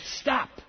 stop